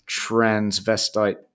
transvestite